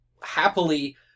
happily